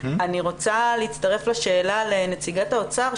אני רוצה להצטרף לשאלה לנציגת האוצר,